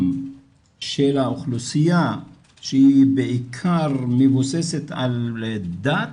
של האוכלוסייה שהיא בעיקר מבוססת על דת,